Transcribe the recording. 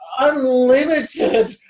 unlimited